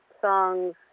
songs